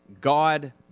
God